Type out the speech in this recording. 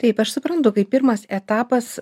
taip aš suprantu kaip pirmas etapas